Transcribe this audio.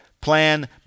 plan